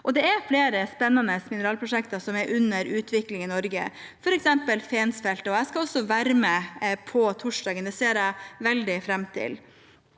Det er flere spennende mineralprosjekter under utvikling i Norge, f.eks. Fensfeltet. Jeg skal også være med på torsdag. Det ser jeg veldig fram til.